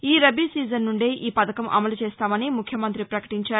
ఈ రబీ సీజన్ నుండే ఈ పథకం అమలు చేస్తామని ముఖ్యమంత్రి పకటించారు